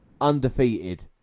undefeated